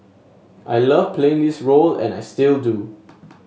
I love playing this role and I still do